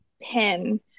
pin